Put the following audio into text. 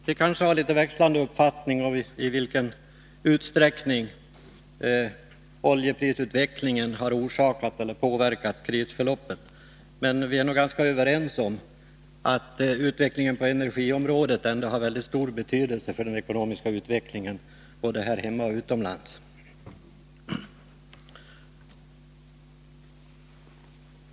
Vi kanske har litet växlande uppfattning om i vilken utsträckning oljeprisutvecklingen har orsakat eller påverkat krisförloppet, men vi är nog ganska överens om att utvecklingen på energiområdet har väldigt stor betydelse för den ekonomiska utvecklingen både här hemma och utomlands.